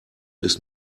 ist